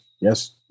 Yes